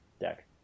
deck